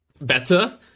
better